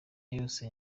yose